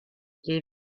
les